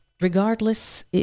regardless